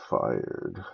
fired